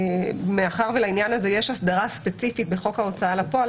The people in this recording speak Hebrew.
מאחר ולעניין הזה יש הסדרה ספציפית בחוק ההוצאה לפועל,